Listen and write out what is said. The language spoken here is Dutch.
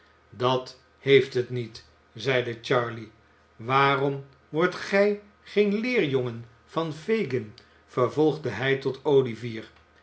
dat heeft het niet zeide charley waarom wordt gij geen leerjongen van fagin i vervolgde hij tot olivier